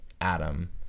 Adam